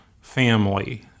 family